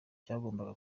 cyagombaga